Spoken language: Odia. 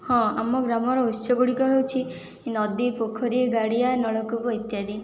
ହଁ ଆମ ଗ୍ରାମର ଉତ୍ସ ଗୁଡ଼ିକ ହେଉଛି ନଦୀ ପୋଖରୀ ଗାଡ଼ିଆ ନଳକୂପ ଇତ୍ୟାଦି